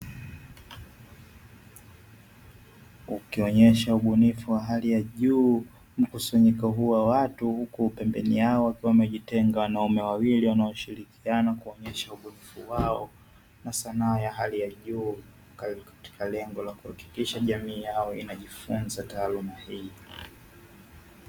Ukionyesha ubunifu wa hali ya juu, mkusanyiko huu wa watu huku pembeni yao wakiwa wamejitenga wanaume wawili wanaoshirikina kuonyesha ukomavi wao, na sanaa ya hali ya juu, katika lengo la kuhakikisha jamii yao inajifunza taaluma hii.